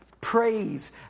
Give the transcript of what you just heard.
Praise